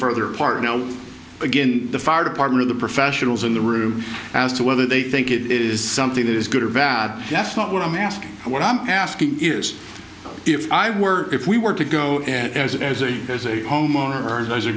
further apart again the fire department the professionals in the room as to whether they think it is something that is good or bad that's not what i'm asking and what i'm asking is if i were if we were to go and as a as a homeowner and as a